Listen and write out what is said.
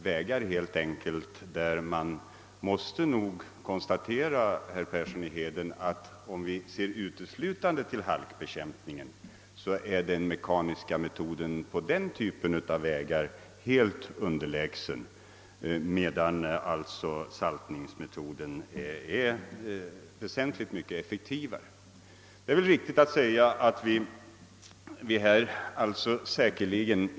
Det gäller en typ av vägar där vi, herr Persson i Heden, om vi ser uteslutande till halkbekämpningen måste konstatera att den mekaniska metoden är helt underlägsen den under dessa förhållanden väsentligt effektivare saltningmetoden.